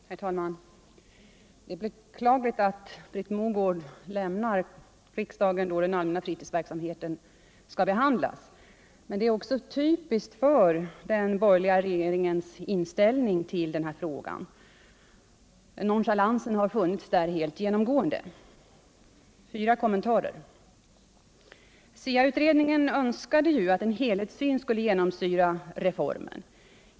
Herr talman! Det är beklagligt att Britt Mogård lämnar kammaren då den allmänna fritidsverksamheten skall behandlas, men det är också typiskt för den borgerliga regeringens inställning till denna fråga. En sådan nonchalans har funnits genomgående på det hållet. Jag vill göra fyra kommentarer till denna fråga. För det första önskade ju SIA-utredningen att en helhetssyn skulle genomsyra reformen.